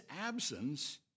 absence